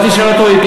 אל תשאל אותו,